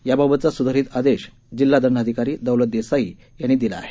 या बाबतचा सुधारित आदेश जिल्हादंडाधिकारी दौलत देसाई यांनी दिला आहे